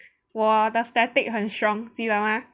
!wah! the static 很 strong 记得吗